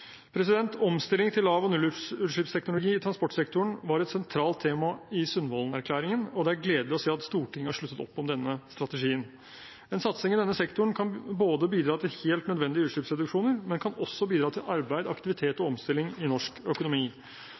Omstilling til lav- og nullutslippsteknologi i transportsektoren var et sentralt tema i Sundvolden-erklæringen, og det er gledelig å se at Stortinget har sluttet opp om denne strategien. En satsing i denne sektoren kan både bidra til helt nødvendige utslippsreduksjoner og kan også bidra til arbeid, aktivitet og omstilling i norsk økonomi.